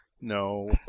No